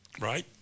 Right